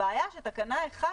הבעיה היא שתקנה (1)